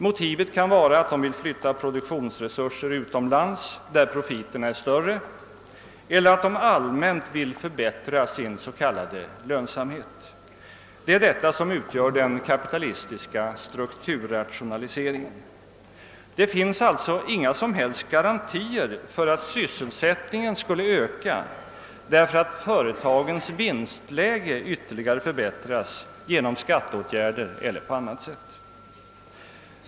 Motivet kan vara att de vill flytta sina produktionsresurser utomlands, där profiterna är större, eller att de allmänt vill förbättra sin s.k. lönsamhet. Det är detta som utgör den kapitalistiska strukturrationaliseringen. Det finns alltså inga som helst garantier för att sysselsättningen skulle öka därför att företagens vinstläge ytterligare förbättras genom skatteåtgärder eller på annat sätt.